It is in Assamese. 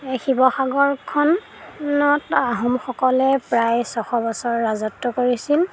এই শিৱসাগৰখনত আহোমসকলে প্ৰায় ছশ বছৰ ৰাজত্ব কৰিছিল